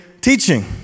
teaching